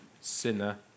sinner